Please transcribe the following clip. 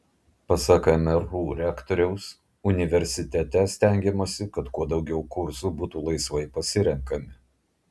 pasak mru rektoriaus universitete stengiamasi kad kuo daugiau kursų būtų laisvai pasirenkami